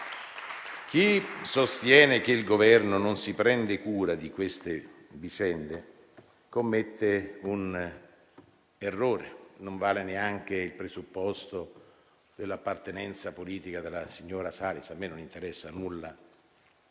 Chi sostiene quindi che il Governo non si prende cura di queste vicende commette un errore. Non vale neanche il presupposto dell'appartenenza politica della signora Salis, che a me non interessa nulla,